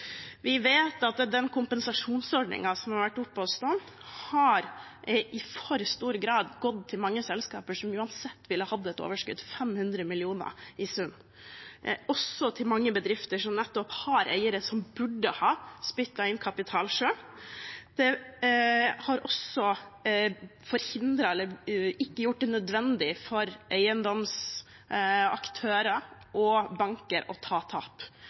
Vi vet at den kompensasjonsordningen som har vært oppe å stå, i for stor grad har gått til mange selskaper som uansett ville hatt et overskudd – 500 mill. kr i sum – og også til mange bedrifter som nettopp har eiere som burde ha spyttet inn kapital selv. Det har forhindret eller ikke gjort det nødvendig for eiendomsaktører og banker å ta tap.